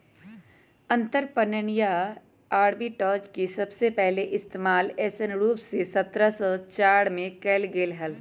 अंतरपणन या आर्बिट्राज के सबसे पहले इश्तेमाल ऐसन रूप में सत्रह सौ चार में कइल गैले हल